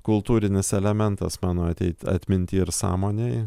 kultūrinis elementas mano ateit atminty ir sąmonėj